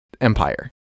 Empire